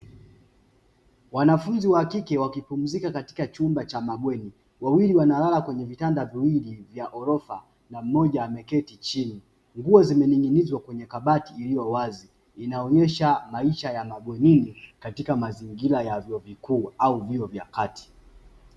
Wanafunzi wa kike wakipumzika katika chumba cha mabweni, wawili wanalala kwenye vitanda viwili vya ghorofa na mmoja ameketi chini. Nguo zimening'inizwa kwenye kabati iliyowazi inaonyesha maisha ya mabwenini katika mazingira ya vyuo vikuu au vyuo vya kati.